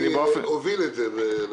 מיקי הוביל את זה.